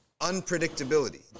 unpredictability